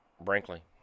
Brinkley